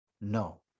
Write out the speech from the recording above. No